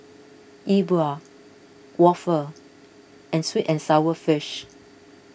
E Bua Waffle and Sweet and Sour Fish